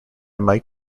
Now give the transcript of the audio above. mike